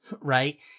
right